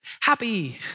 happy